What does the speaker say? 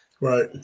Right